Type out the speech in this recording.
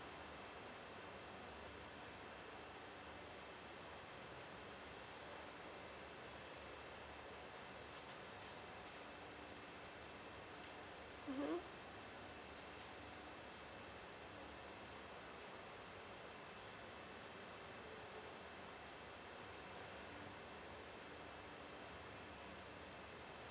mmhmm